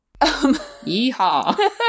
Yeehaw